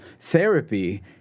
therapy